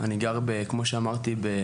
כמו שאמרתי,